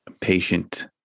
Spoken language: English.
patient